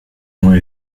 moins